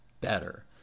better